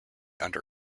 under